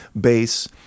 bass